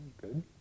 Good